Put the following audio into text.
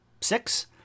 six